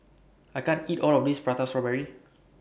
I can't eat All of This Prata Strawberry